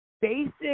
basic